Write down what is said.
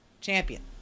champion